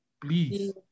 please